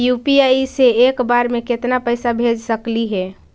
UPI से एक बार मे केतना पैसा भेज सकली हे?